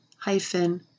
hyphen